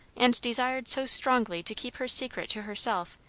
and desired so strongly to keep her secret to herself,